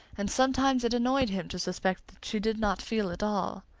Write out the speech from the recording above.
and sometimes it annoyed him to suspect that she did not feel at all.